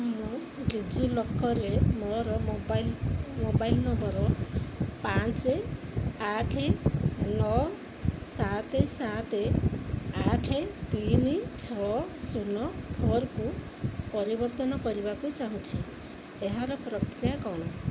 ମୁଁ ଡି ଜି ଲକର୍ରେ ମୋର ମୋବାଇଲ ମୋବାଇଲ ନମ୍ବର ପାଞ୍ଚ ଆଠ ନଅ ସାତ ସାତ ଆଠ ତିନି ଛଅ ଶୂନ ଫୋର୍କୁ ପରିବର୍ତ୍ତନ କରିବାକୁ ଚାହୁଁଛି ଏହାର ପ୍ରକ୍ରିୟା କ'ଣ